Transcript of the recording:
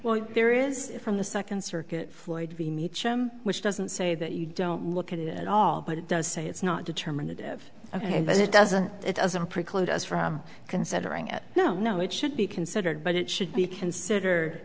well there is from the second circuit floyd which doesn't say that you don't look at it at all but it does say it's not determinative ok but it doesn't it doesn't preclude us from considering it no no it should be considered but it should be considered